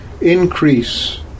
increase